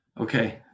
Okay